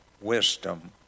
wisdom